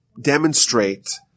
demonstrate